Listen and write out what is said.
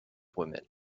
women